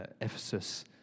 Ephesus